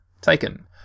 taken